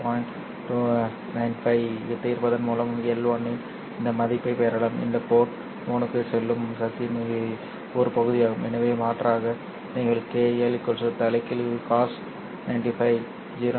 95 ஐத் தீர்ப்பதன் மூலம் L1 இன் இந்த மதிப்பைப் பெறலாம் இது போர்ட் 3 க்குச் செல்லும் சக்தியின் ஒரு பகுதியாகும் எனவே மாற்றாக நீங்கள் κ L தலைகீழ் cos 95 0